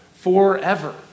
forever